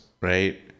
right